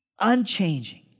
unchanging